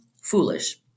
foolish